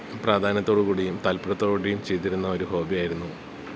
പ്രാധാന്യത്തോട് കൂടിയും താല്പര്യത്തോട് കൂടിയും ചെയ്തിരുന്ന ഒര് ഹോബിയായിരുന്നു